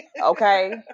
Okay